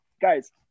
guys